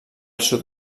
sud